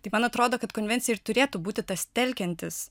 tai man atrodo kad konvencija ir turėtų būti tas telkiantis